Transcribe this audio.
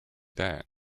that